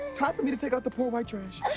time for me to take out the poor white trash.